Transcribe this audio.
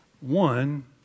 One